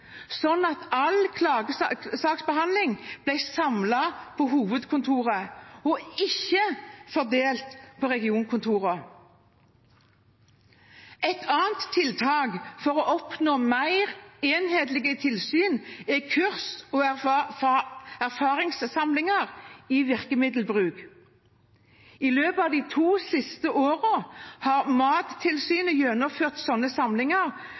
at all klagesaksbehandling ble samlet ved hovedkontoret og ikke fordelt på regionkontorene. Et annet tiltak for å oppnå mer enhetlige tilsyn er kurs og erfaringssamlinger i virkemiddelbruk. I løpet av de to siste årene har Mattilsynet gjennomført slike samlinger